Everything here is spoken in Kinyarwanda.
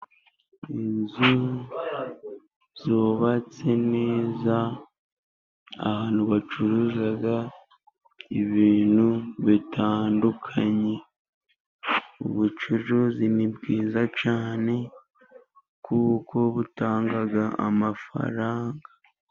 Inzu zubatse neza, ahantu bacuruza ibintu bitandukanye. Ubucuruzi ni bwiza cyane kuko butanga amafaranga.